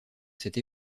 cette